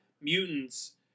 mutants